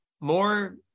more